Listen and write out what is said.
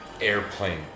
airplane